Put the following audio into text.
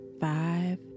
five